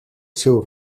seu